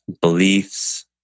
beliefs